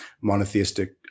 monotheistic